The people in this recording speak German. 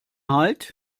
halt